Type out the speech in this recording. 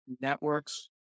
networks